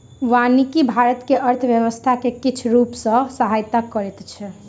वानिकी भारत के अर्थव्यवस्था के किछ रूप सॅ सहायता करैत अछि